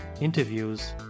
interviews